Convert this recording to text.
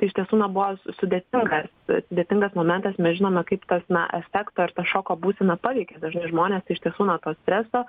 tai iš tiesų na buvo sudėtingas sudėtingas momentas mes žinome kaip tas na aspektą ir ta šoko būseną paveikė dažnai žmonės iš tiesų nuo to streso